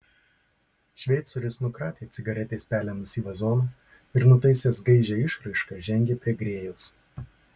šveicorius nukratė cigaretės pelenus į vazoną ir nutaisęs gaižią išraišką žengė prie grėjaus